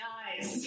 eyes